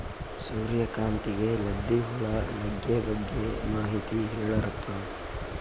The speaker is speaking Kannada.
ಸೂರ್ಯಕಾಂತಿಗೆ ಲದ್ದಿ ಹುಳ ಲಗ್ಗೆ ಬಗ್ಗೆ ಮಾಹಿತಿ ಹೇಳರಪ್ಪ?